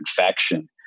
infection